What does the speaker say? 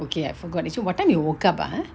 okay I forgot eh so what time you woke up ah